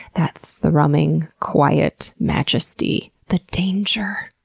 that thrumming, quiet, majesty, the danger,